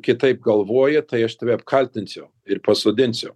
kitaip galvoji tai aš tave apkaltinsiu ir pasodinsiu